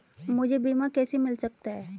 मुझे बीमा कैसे मिल सकता है?